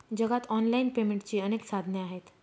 जगात ऑनलाइन पेमेंटची अनेक साधने आहेत